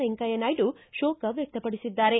ವೆಂಕಯ್ಯ ನಾಯ್ಡು ಶೋಕ ವ್ಯಕ್ತಪಡಿಸಿದ್ದಾರೆ